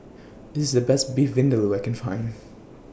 This IS The Best Beef Vindaloo I Can Find